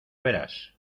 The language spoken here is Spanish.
verás